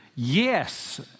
Yes